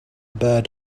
bird